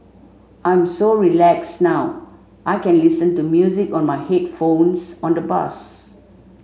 I'm so relaxed now I can listen to music on my headphones on the bus